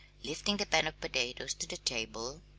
lifting the pan of potatoes to the table,